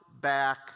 back